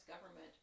government